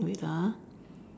wait ah